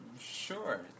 sure